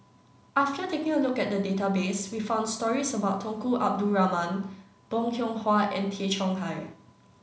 after taking a look at the database we found stories about Tunku Abdul Rahman Bong Hiong Hwa and Tay Chong Hai